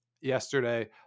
yesterday